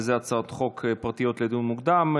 וזה הצעות חוק פרטיות לדיון מוקדם.